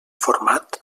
format